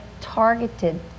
targeted